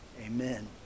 Amen